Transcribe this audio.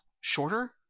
shorter